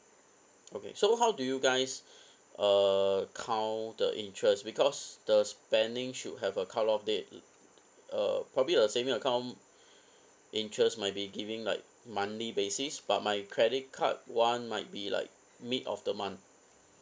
okay so how do you guys uh count the interest because the spending should have a cut off date uh probably a saving account interest might be giving like monthly basis but my credit card one might be like mid of the month